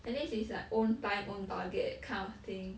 at least it's like own time own target kind of thing